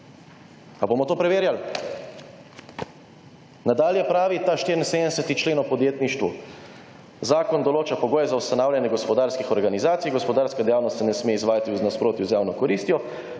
Ali bomo to preverjali? Nadalje pravi ta 74. člen o podjetništvu: »Zakon določa pogoje za ustanavljanje gospodarskih organizacij, gospodarska dejavnost se ne sme izvajati v nasprotju z javno koristjo,